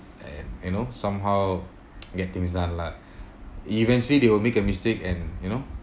and you know somehow get things done lah eventually they will make a mistake and you know